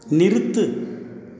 நிறுத்து